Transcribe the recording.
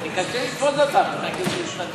קשה לתפוס אותם, דגים שהסתננו.